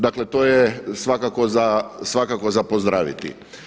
Dakle, to je svakako za pozdraviti.